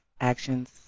actions